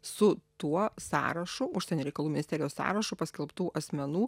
su tuo sąrašu užsienio reikalų ministerijos sąrašu paskelbtų asmenų